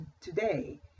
today